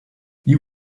you